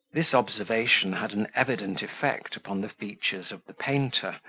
this observation had an evident effect upon the features of the painter,